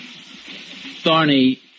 Thorny